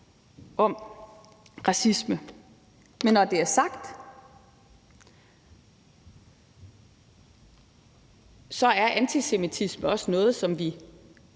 om racisme. Men når det er sagt, er antisemitisme også noget, som vi